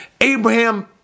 Abraham